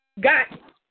got